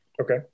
Okay